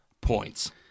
points